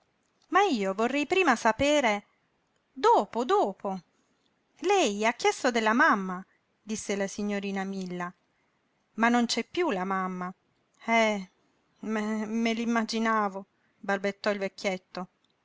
ma io vorrei prima sapere dopo dopo lei ha chiesto della mamma disse la signorina milla ma non c'è piú la mamma eh me me l'immaginavo balbettò il vecchietto